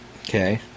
Okay